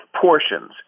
portions